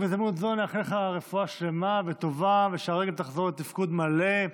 ובהזדמנות זו נאחל לך רפואה שלמה וטובה ושהרגל תחזור לתפקוד מלא.